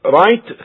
right